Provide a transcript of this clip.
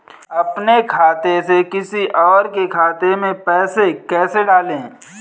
अपने खाते से किसी और के खाते में पैसे कैसे डालें?